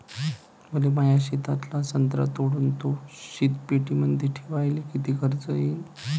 मले माया शेतातला संत्रा तोडून तो शीतपेटीमंदी ठेवायले किती खर्च येईन?